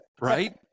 right